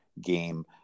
game